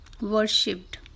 worshipped